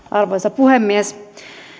arvoisa puhemies